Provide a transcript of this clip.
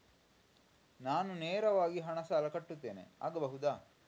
ನಾನು ನೇರವಾಗಿ ಹಣ ಸಾಲ ಕಟ್ಟುತ್ತೇನೆ ಆಗಬಹುದ?